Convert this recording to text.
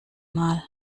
mal